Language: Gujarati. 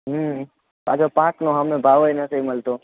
હમ્મ પાછો પાક નો હામે ભાવેય નથી મળતો